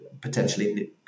potentially